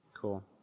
Cool